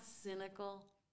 cynical